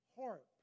harp